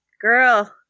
girl